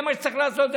זה מה שצריך לעשות,